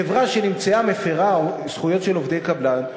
חברה שנמצאה מפרה זכויות של עובדי קבלן,